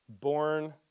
born